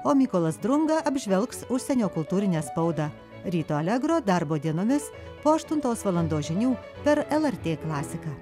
o mykolas drunga apžvelgs užsienio kultūrinę spaudą ryto allegro darbo dienomis po aštuntos valandos žinių per lrt klasiką